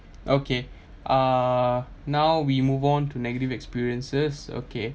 okay uh now we move on to negative experiences okay